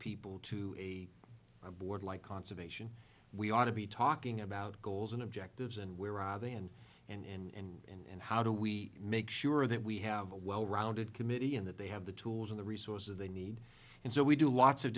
people to a board like conservation we ought to be talking about goals and objectives and where are they and and and how do we make sure that we have a well rounded committee and that they have the tools in the resources they need and so we do lots of